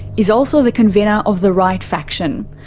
is also the convenor of the right faction.